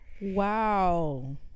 Wow